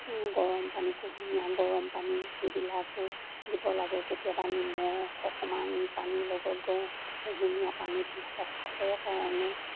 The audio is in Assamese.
গৰম পানী কুহুমীয়া গৰম পানী সেইবিলাকো দিব লাগে কেতিয়াবা নিমখ অকণমান পানীৰ লগত গৰ কুহুমীয়া পানী সিহঁতক খাবৰ কাৰণে